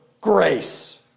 grace